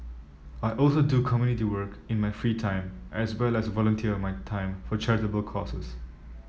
I also do community work in my free time as well as volunteer my time for charitable causes